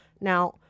Now